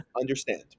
understand